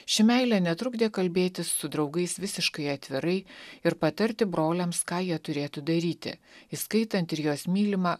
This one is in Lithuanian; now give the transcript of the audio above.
ši meilė netrukdė kalbėtis su draugais visiškai atvirai ir patarti broliams ką jie turėtų daryti įskaitant ir jos mylimą